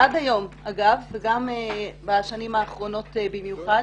עד היום וגם בשנים האחרונות במיוחד,